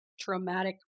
traumatic